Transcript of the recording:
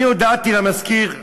אני הודעתי למזכיר,